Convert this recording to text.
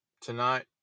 tonight